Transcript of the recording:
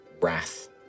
wrath